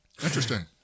Interesting